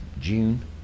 June